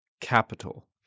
capital